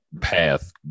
path